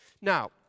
Now